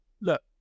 Look